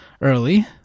early